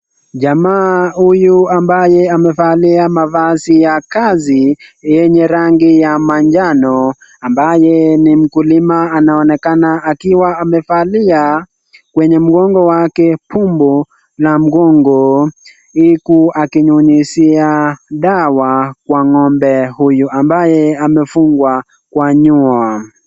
Jamaa huyu ambaye amevalia mavazi ya kazi, yenye rangi ya manjano ambaye ni mkulima anaonekana akiwa amevalia kwenye mgongo wake tumbo na mgongo huku akinyunyuzia dawa kwa ngombe huyu ambaye amefungwa kwa nyuma.